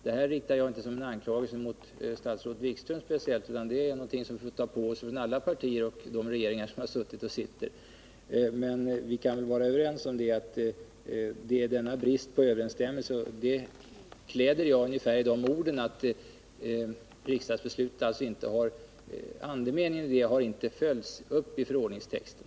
— Det här riktar jag inte som en anklagelse speciellt mot statsrådet Wikström, utan det är någonting som man väl får ta på sig ansvaret för i alla partier och i de regeringar som har suttit och sitter. Men vi kan väl vara överens om denna brist på överensstämmelse, som jag vill kläda i de orden att andemeningen i riksdagsbeslutet inte har följts upp i förordningstexten.